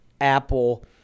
Apple